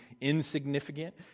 insignificant